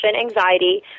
anxiety